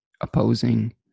opposing